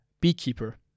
beekeeper